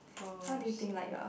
oh shit